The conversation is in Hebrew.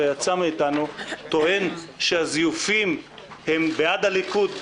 טוען שהזיופים הם בעד הליכוד,